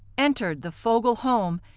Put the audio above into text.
entered the fogel home,